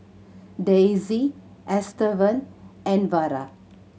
Daisie Estevan and Vara